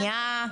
מניעה,